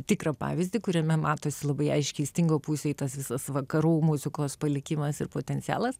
tikrą pavyzdį kuriame matosi labai aiškiai stingo pusėj tas visas vakarų muzikos palikimas ir potencialas